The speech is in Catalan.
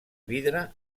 vidre